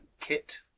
kit